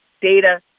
data